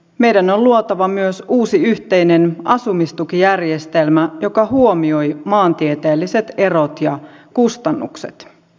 meidän on luotava myös uusi yhteinen asumistukijärjestelmä joka huomioi maantieteelliset erot ja kustannukset